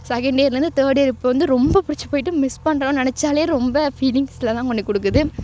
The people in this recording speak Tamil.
செகண்ட் இயர்லேருந்து தேர்ட் இயர் இப்போ வந்து ரொம்ப பிடிச்சிப் போய்ட்டு மிஸ் பண்றோம்னு நெனைச்சாலே ரொம்ப ஃபீலிங்ஸில் தான் கொண்டு கொடுக்குது